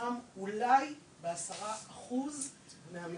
מיושם אולי ב-10% מהמקרים.